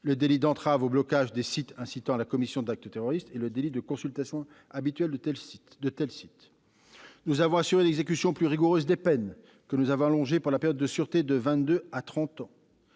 le délit d'entrave au blocage des sites incitant à la commission d'actes terroristes et le délit de consultation habituelle de tels sites. Nous avons assuré l'exécution plus rigoureuse des peines en allongeant la période de sûreté de vingt-deux